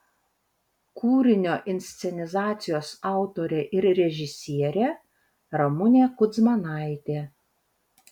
kūrinio inscenizacijos autorė ir režisierė ramunė kudzmanaitė